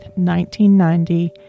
1990